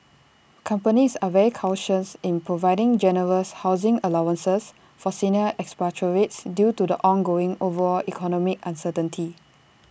companies are very cautious in providing generous housing allowances for senior expatriates due to the ongoing overall economic uncertainty